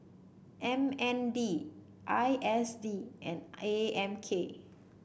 M N D I S D and A M K